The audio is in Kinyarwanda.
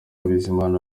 bizimana